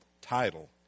title